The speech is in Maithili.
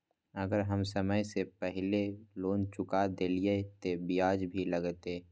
अगर हम समय से पहले लोन चुका देलीय ते ब्याज भी लगते?